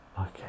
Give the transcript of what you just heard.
Okay